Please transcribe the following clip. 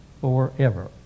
forever